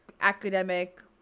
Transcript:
academic